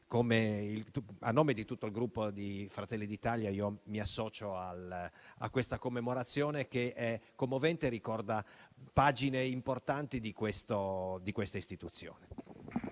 A nome di tutto il Gruppo Fratelli d'Italia, mi associo a questa commemorazione, che è commovente e ricorda pagine importanti di questa istituzione.